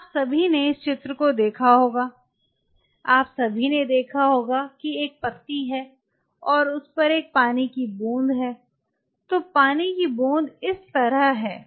तो आप सभी ने इस चित्र को देखा होगा आप सभी ने देखा होगा कि एक पत्ती है और उस पर एक पानी की बूंद है तो पानी की बूंद इस तरह है